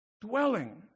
dwelling